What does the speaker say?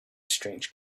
strange